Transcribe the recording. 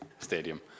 stadium